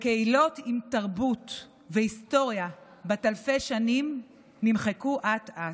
קהילות עם תרבות והיסטוריה בת אלפי שנים נמחקו אט-אט.